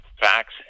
facts